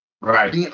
Right